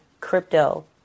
crypto